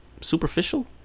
Superficial